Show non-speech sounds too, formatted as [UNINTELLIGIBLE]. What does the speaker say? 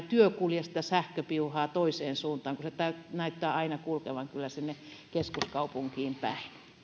[UNINTELLIGIBLE] työ ei kulje sitä sähköpiuhaa toiseen suuntaan kun se näyttää kyllä aina kulkevan sinne keskuskaupunkiin päin